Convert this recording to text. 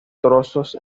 trozos